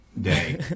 day